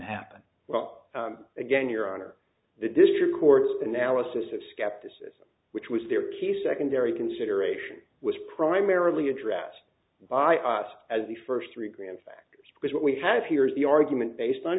happen well again your honor the district court analysis of skepticism which was their key secondary consideration was primarily addressed by us as the first three grand factors because what we have here is the argument based on